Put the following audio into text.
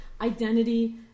Identity